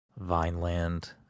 Vineland